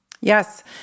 Yes